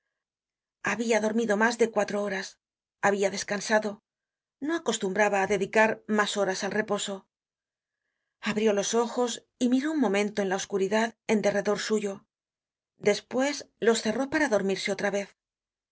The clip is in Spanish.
habia dormido mas de cuatro horas habia descansado no acostumbraba á dedicar mas horas al reposo abrió los ojos y miró un momento en la oscuridad en derredor suyo despues los cerró para dormir otra vez